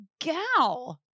gal